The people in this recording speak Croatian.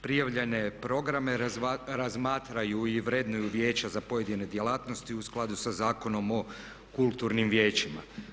Prijavljene programe razmatraju i vrednuju vijeća za pojedine djelatnosti u skladu sa Zakonom o kulturnim vijećima.